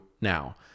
now